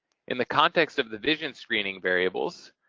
in the context of the vision screening variables,